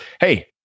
Hey